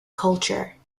culture